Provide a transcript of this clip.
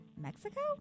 Mexico